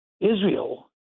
Israel